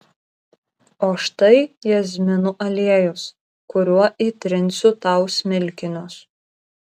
o štai jazminų aliejus kuriuo įtrinsiu tau smilkinius